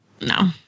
No